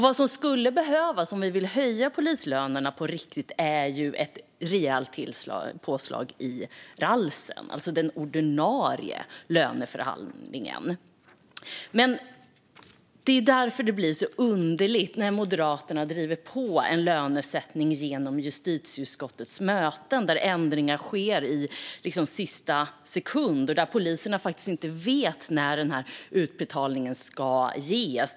Vad som skulle behövas om vi vill höja polislönerna på riktigt är ett rejält påslag i RALS, alltså den ordinarie löneförhandlingen. Det är därför det blir så underligt när Moderaterna driver på en lönesättning genom justitieutskottets möten där ändringar sker i sista sekunden och poliserna inte vet när utbetalningen ska göras.